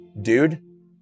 dude